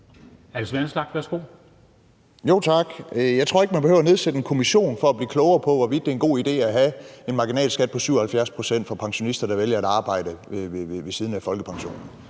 Alex Vanopslagh (LA): Tak. Jeg tror ikke, man behøver at nedsætte en kommission for at blive klogere på, hvorvidt det er en god idé at have en marginalskat på 77 pct. for pensionister, der vælger at arbejde ved siden af folkepensionen.